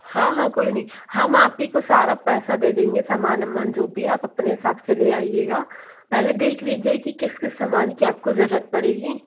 हाँ हाँ कोई नहीं हम आप ही को सारा पैसा दे देंगे सामान वमान जो भी है आप अपने हिसाब से ले आइएगा पहले देख लीजिए किस किस समान की आपको ज़रूरत पड़ेगी